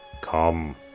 Come